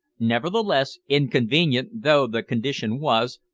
nevertheless, inconvenient though the condition was,